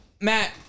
Matt